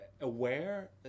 aware